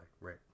Right